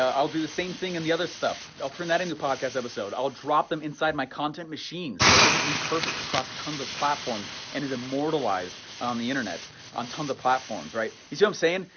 um i'll do the same thing and the other stuff, i'll turn that into podcast episode, i'll drop them inside my content machine. so it gets repurposed across tons of platforms and is immortalized on the internet on tons of platforms. right, you see what i'm saying?